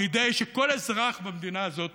כדי שכל אזרח במדינה הזאת